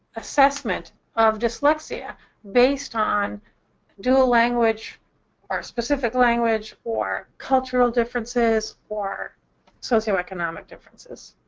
assessment of dyslexia based on dual language or specific language or cultural differences or socioeconomic differences.